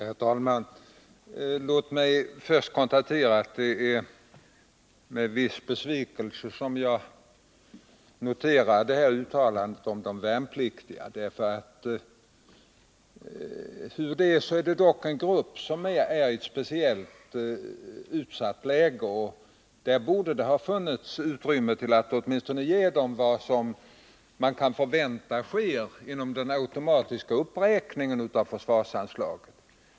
Herr talman! Låt mig först konstatera att det är med viss besvikelse som jag noterar uttalandet om de värnpliktiga. Det är trots allt en gruppi ett speciellt utsatt läge, och därför borde det ha funnits utrymme för att ge dem åtminstone vad som kan förväntas motsvara den automatiska uppräkningen av försvarsanslagen.